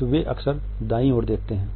तो वे अक्सर दाईं ओर देखते हैं